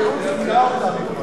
הייאוש מילא אותנו.